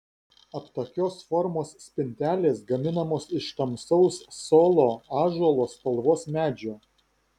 aptakios formos spintelės gaminamos iš tamsaus solo ąžuolo spalvos medžio